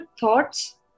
thoughts